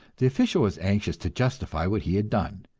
the official was anxious to justify what he had done.